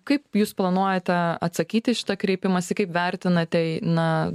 kaip jūs planuojate atsakyti į šitą kreipimąsi kaip vertinate na